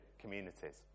communities